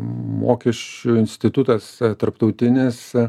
mokesčių institutas tarptautinėse